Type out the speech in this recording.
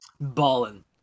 Ballin